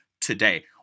today